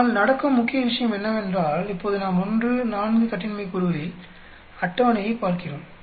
ஆனால் நடக்கும் முக்கிய விஷயம் என்னவென்றால் இப்போது நாம் 1 4 கட்டின்மை கூறுகளில் அட்டவணையைப் பார்க்கிறோம்